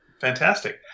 fantastic